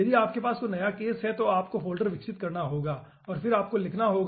यदि आपके पास कोई नया केस है तो आपको फ़ोल्डर विकसित करना होगा और फिर आपको लिखना होगा